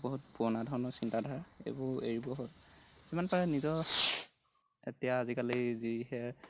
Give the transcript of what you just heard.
বহুত পুৰণা ধৰণৰ চিন্তাধাৰা এইবোৰ এৰিব হ'ল যিমান পাৰে নিজৰ এতিয়া আজিকালি যিহে